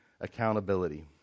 accountability